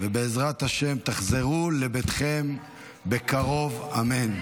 ובעזרת השם תחזרו לביתכם בקרוב, אמן.